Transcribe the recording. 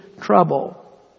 trouble